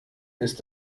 ist